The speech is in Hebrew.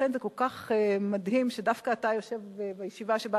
ולכן זה כל כך מדהים שדווקא אתה יושב-ראש בישיבה שבה